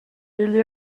ell